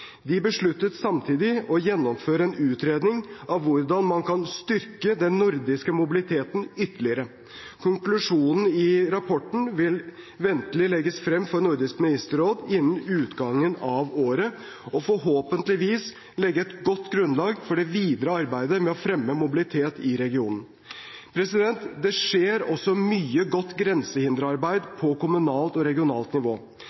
De besluttet samtidig å gjennomføre en utredning av hvordan man kan styrke den nordiske mobiliteten ytterligere. Konklusjonen i rapporten vil ventelig legges frem for Nordisk ministerråd innen utgangen av året og vil forhåpentligvis legge et godt grunnlag for det videre arbeidet med å fremme mobilitet i regionen. Det skjer også mye godt grensehinderarbeid på kommunalt og regionalt nivå.